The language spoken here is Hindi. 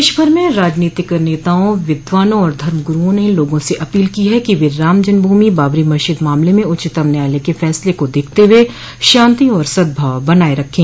देशभर में राजनीतिक नेताओं विद्वानों और धर्म गुरूओं ने लोगों से अपील की है कि वे रामजन्म भूमि बाबरी मस्जिद मामले में उच्चतम न्यायालय के फैसले को देखते हुए शांति और सद्भाव बनाए रखें